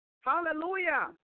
Hallelujah